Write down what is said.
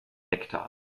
nektar